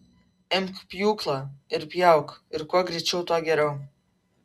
imk pjūklą ir pjauk ir kuo greičiau tuo geriau